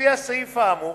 לפי הסעיף האמור,